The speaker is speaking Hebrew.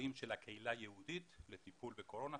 חולים של הקהילה היהודית לטיפול בקורונה,